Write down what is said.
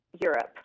Europe